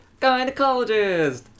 gynecologist